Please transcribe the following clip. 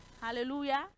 Hallelujah